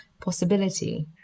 possibility